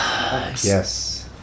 Yes